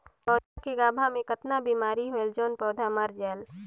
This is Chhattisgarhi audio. पौधा के गाभा मै कतना बिमारी होयल जोन पौधा मर जायेल?